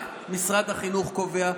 רק משרד החינוך קובע,